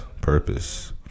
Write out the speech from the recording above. Purpose